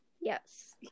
yes